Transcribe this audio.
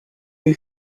who